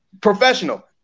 professional